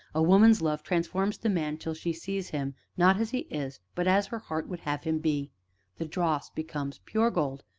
a woman's love transforms the man till she sees him, not as he is, but as her heart would have him be the dross becomes pure gold,